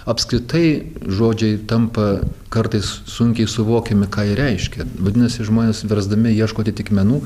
apskritai žodžiai tampa kartais sunkiai suvokiami ką jie reiškia vadinasi žmonės versdami ieško atitikmenų